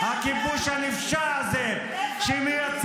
נחלת